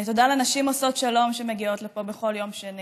תודה לנשים עושות שלום, שמגיעות לפה בכל יום שני